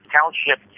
Township